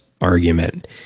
argument